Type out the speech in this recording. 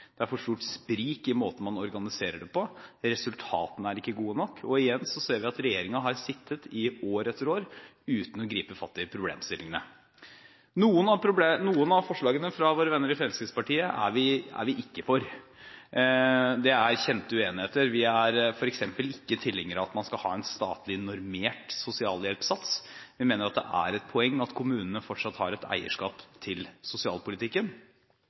Det er for stort sprik i måten man organiserer det på, resultatene er ikke gode nok, og igjen ser vi at regjeringen har sittet i år etter år, uten å gripe fatt i problemstillingene. Noen av forslagene fra våre venner i Fremskrittspartiet er vi ikke for. Det er kjente uenigheter. Vi er f.eks. ikke tilhengere av at man skal ha en statlig normert sosialhjelpssats. Vi mener at det er et poeng at kommunene fortsatt har et eierskap til sosialpolitikken.